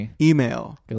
email